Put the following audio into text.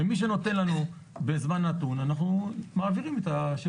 ומי שנותן לנו בזמן נתון, אנחנו מעבירים את זה.